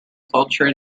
culture